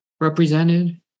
represented